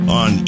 on